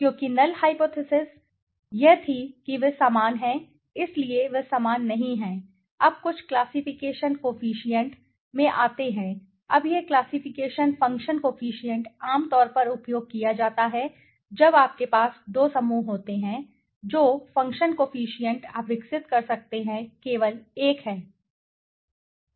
क्योंकि null hypothesis यह थी कि वे समान हैं इसलिए वे समान नहीं हैं अब कुछ क्लासिफिकेशन कोफिशिएंट में आते हैं अब यह क्लासिफिकेशन फ़ंक्शन कोफिशिएंट आमतौर पर उपयोग किया जाता है जब आपके पास दो समूह होते हैं जो फ़ंक्शन कोफिशिएंट आप विकसित कर सकते हैं केवल एक है